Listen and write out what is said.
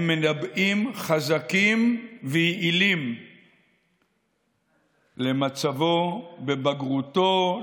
הם מנבאים חזקים ויעילים למצבו בבגרותו,